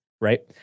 right